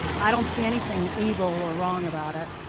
i don't see anything evil or wrong about it.